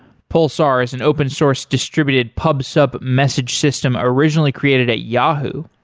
pulsar is an open source distributed pub sub message system originally created at yahoo.